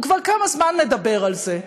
הוא כבר כמה זמן מדבר על זה.